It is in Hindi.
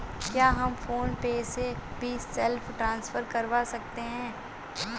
क्या हम फोन पे से भी सेल्फ ट्रांसफर करवा सकते हैं?